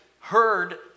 heard